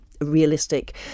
realistic